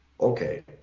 okay